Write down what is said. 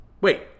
Wait